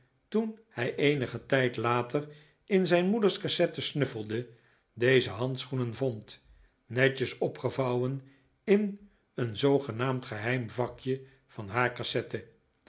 toen hij eenigen tijd later in zijn moeders cassette snuffelde deze handschoenen vond netjes opgevouwen in een zoogenaamd geheim vakje van haar cassette